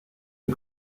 est